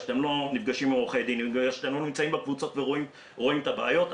שאתם לא נפגשים עם עורכי הדין ולא נמצאים בקבוצות ורואים את הבעיות,